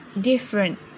different